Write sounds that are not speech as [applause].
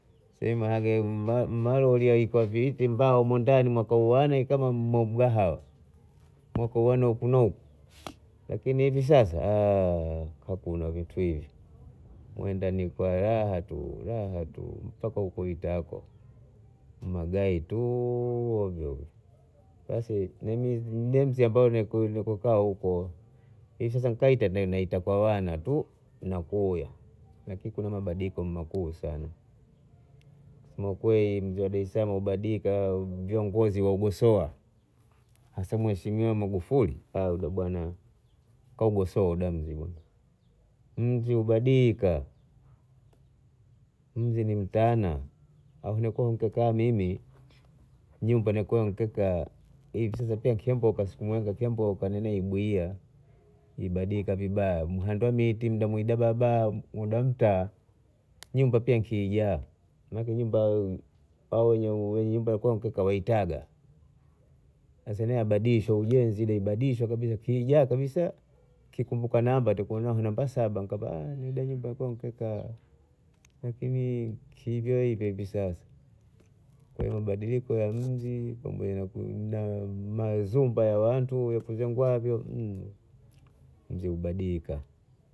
Sema hage ma- malolya hiko hivi Mbao humo ndani mwa kauana kama mgahawa mo kuana huku na huku lakini hivi sasa [hesitation] hakuna vitu hivi Mwendani kwa raha tu raha tu mpaka huku itako magai tu hovyo hovyo, basi ni mezi ambao nikukaa huko lakini kwa sasa taita kwa wana tu nakuya lakini kuna mabadiliko makuu sana kwa kwei mji wa dar- es- saalam umebadilika sana viongozi wa gosoa ase mheshimiwa magufuli [hesitation] huyu bwana kaugosoa uda mzima mji umebadilika miji ni mtana halafu napo kaa mimi nyumbani nikukaa hivi sasa pia kishamboka siku mwenga kishamboka ninaubwia ibadilika vibaya mwihando miti mdamwida barabara udaha mtaa nyumba pia nikiigaa maana ake nyumba hao wenye nyumba angu nikiwaitaga hasa nae habadilisha ujenzi ibadilishwa kabisa kijaa kabisa kakumbuka namba tu namba saba [hesitation] nida nyumba nikikaa lakini kivya hivya sasa kwa hiyo mabadiliko ya mji [hesitation] kwa hiyo na mazumba ya watu vya kijengwavyo!! mji ubadilika